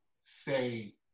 say